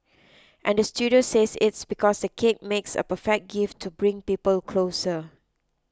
and the studio says it's because the cake makes a perfect gift to bring people closer